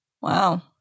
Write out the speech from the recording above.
Wow